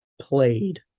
played